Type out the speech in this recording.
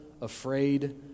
afraid